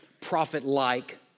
prophet-like